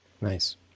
Nice